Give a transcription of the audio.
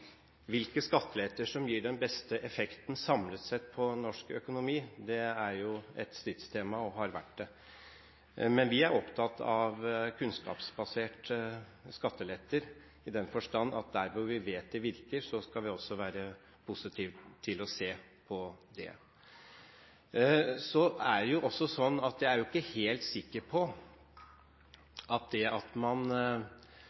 Hvilke skattelettelser som gir den beste effekten samlet sett på norsk økonomi, er et stridstema – og har vært det. Men vi er opptatt av kunnskapsbaserte skatteletter i den forstand at der hvor vi vet det virker, skal vi også være positive til å se på det. Jeg er ikke er helt sikker på